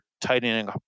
tightening